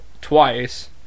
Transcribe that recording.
twice